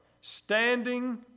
standing